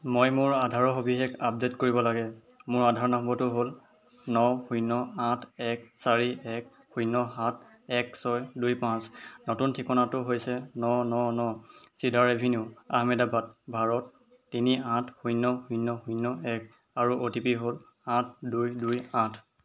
মই মোৰ আধাৰৰ সবিশেষ আপডে'ট কৰিব লাগে মোৰ আধাৰ নম্বৰটো হ'ল ন শূন্য আঠ এক চাৰি এক শূন্য সাত এক ছয় দুই পাঁচ নতুন ঠিকনাটো হৈছে ন ন ন চিডাৰ এভিনিউ আহমেদাবাদ ভাৰত তিনি আঠ শূন্য শূন্য শূন্য এক আৰু অ' টি পি হ'ল আঠ দুই দুই আঠ